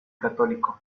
católico